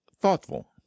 Thoughtful